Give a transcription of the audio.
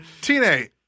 Teenage